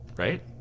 right